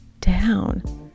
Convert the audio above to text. down